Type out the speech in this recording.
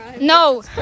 no